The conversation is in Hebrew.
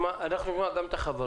עוד מעט נשמע את החברות.